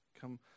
Come